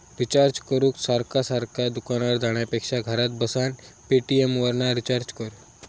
recharge करूक सारखा सारखा दुकानार जाण्यापेक्षा घरात बसान पेटीएमवरना रिचार्ज कर